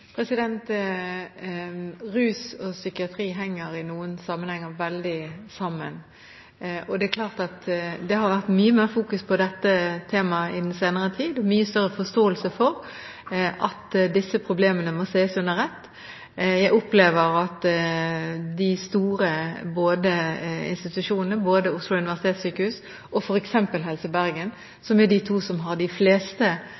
noen sammenhenger veldig sammen. Det har vært fokusert mye mer på dette temaet i den senere tid, og det er nå mye større forståelse for at disse problemene må ses under ett. Jeg opplever at de store institusjonene, som Oslo universitetssykehus og Helse Bergen,